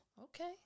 okay